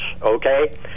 okay